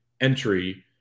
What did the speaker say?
Entry